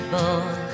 boy